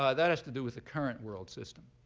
ah that has to do with the current world system.